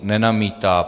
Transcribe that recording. Nenamítá.